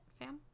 fam